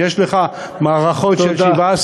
יש לך מערכות של, תודה.